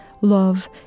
love